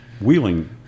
wheeling